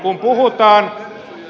kun puhutaan